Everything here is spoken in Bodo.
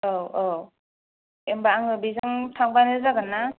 आव आव एमबा आं बेजों थांबानो जागोन ना